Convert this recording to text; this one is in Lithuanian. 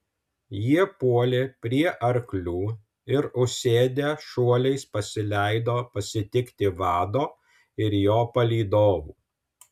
jie puolė prie arklių ir užsėdę šuoliais pasileido pasitikti vado ir jo palydovų